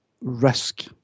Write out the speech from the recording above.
risk